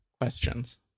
questions